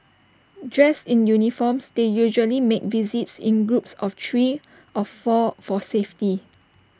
dressed in uniforms they usually make visits in groups of three of four for safety